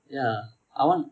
ya I want